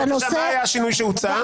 בבקשה, מה היה השינוי שהוצע?